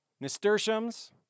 nasturtiums